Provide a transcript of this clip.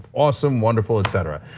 awesome, wonderful, etc.